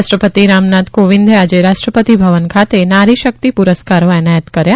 રાષ્ટ્રપતિ રામનાથ કોવિંદે આજે રાષ્ટ્રપતિ ભવન ખાત નારીશકિત પુરસ્કારો એનાયત કર્યા